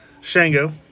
Shango